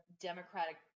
democratic